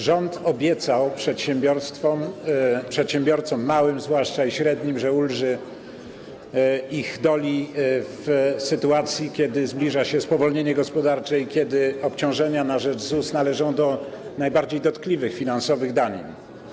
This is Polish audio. Rząd obiecał przedsiębiorcom, zwłaszcza małym i średnim, że ulży ich doli w sytuacji, kiedy zbliża się spowolnienie gospodarcze i kiedy obciążenia na rzecz ZUS należą do najbardziej dotkliwych finansowych danin.